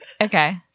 Okay